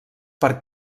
per